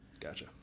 Gotcha